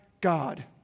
God